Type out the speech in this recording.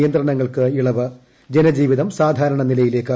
നിയന്ത്രണങ്ങൾക്ക് ഇളവ് ജനജീവിതം സാധാരണനിലയിലേയ്ക്ക്